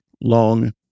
long